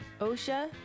OSHA